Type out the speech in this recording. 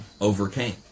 overcame